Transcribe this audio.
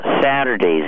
Saturday's